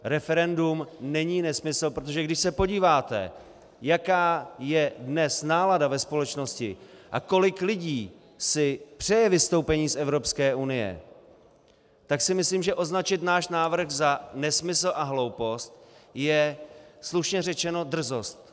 Referendum není nesmysl, protože když se podíváte, jaká je dnes nálada ve společnosti a kolik lidí si přeje vystoupení z Evropské unie, tak si myslím, že označit náš návrh za nesmysl a hloupost je slušně řečeno drzost.